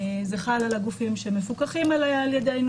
זה חל על הגופים שמפוקחים על ידינו.